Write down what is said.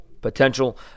potential